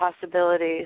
possibilities